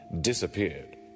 disappeared